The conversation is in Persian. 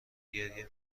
گریه